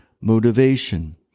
motivation